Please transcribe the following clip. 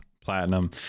platinum